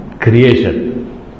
creation